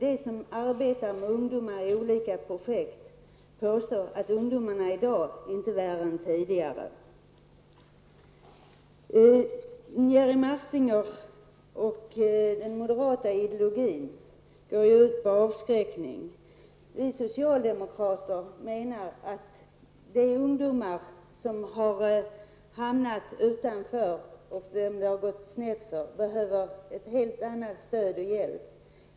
De som arbetar med ungdomar i olika projekt påstår att ungdomarna i dag inte är värre än tidigare i fråga om brottslighet. Jerry Martingers och moderata samlingspartiets ideologi går ut på att avskräcka människor från att begå brott. Vi socialdemokrater anser att de ungdomar som det har gått snett för och som har hamnat utanför samhället behöver både stöd och hjälp.